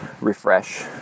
refresh